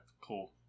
Cool